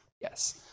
yes